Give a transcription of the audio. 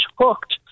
hooked